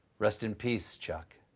rest in peace, chuck.